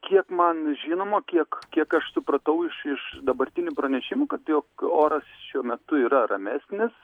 kiek man žinoma kiek kiek aš supratau iš iš dabartinių pranešimų kad jog oras šiuo metu yra ramesnis